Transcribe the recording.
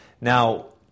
Now